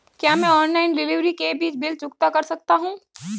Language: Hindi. क्या मैं ऑनलाइन डिलीवरी के भी बिल चुकता कर सकता हूँ?